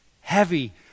heavy